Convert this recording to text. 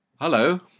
Hello